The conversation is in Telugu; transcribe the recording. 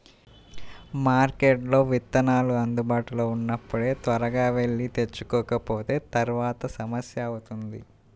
మార్కెట్లో విత్తనాలు అందుబాటులో ఉన్నప్పుడే త్వరగా వెళ్లి తెచ్చుకోకపోతే తర్వాత సమస్య అవుతుంది